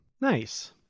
Nice